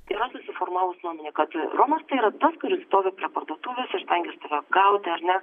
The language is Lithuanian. yra susiformavusi nuomonė kad romas yra tas kuris stovi prie parduotuvės ir stengias tave apgauti ar ne